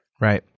Right